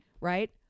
right